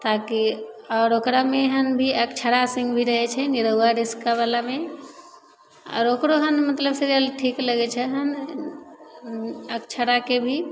ताकि आओर ओकरा ममे भी हँ अक्षरा सिंह भी रहै छै निरहुआ रिक्शावालामे आओर ओकरो हँ मतलब से रोल ठीक लगै छै हँ अक्षराके भी